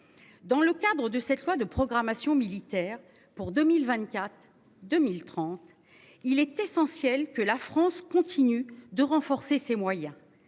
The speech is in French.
Dans le cadre de cette loi de programmation militaire pour 2024 2030. Il est essentiel que la France continue de renforcer ses moyens